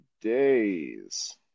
days